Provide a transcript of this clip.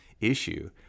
issue